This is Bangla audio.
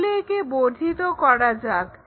তাহলে একে বর্ধিত করা যাক